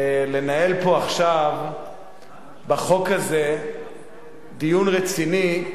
לנהל פה עכשיו בחוק הזה דיון רציני,